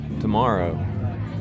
tomorrow